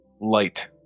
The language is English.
light